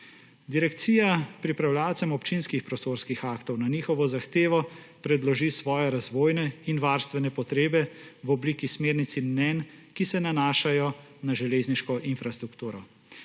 Direkcija pripravljavcem občinskih prostorskih aktov na njihovo zahtevo predloži svoje razvojne in varstvene potrebe v obliki smernic in mnenj, ki se nanašajo na železniško infrastrukturo,